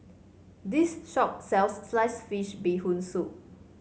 this shop sells slice fish Bee Hoon Soup